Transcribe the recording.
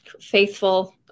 faithful